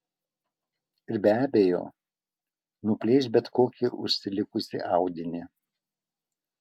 ir be abejo nuplėš bet kokį užsilikusį audinį